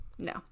no